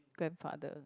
grandfather